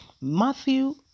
Matthew